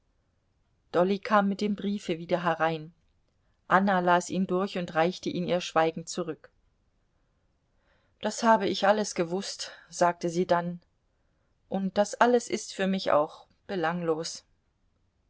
dolly kam mit dem briefe wieder herein anna las ihn durch und reichte ihn ihr schweigend zurück das habe ich alles gewußt sagte sie dann und das alles ist für mich auch belanglos